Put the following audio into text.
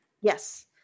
yes